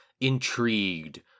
intrigued